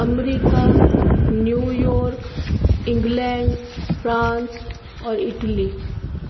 America New York England France और Italy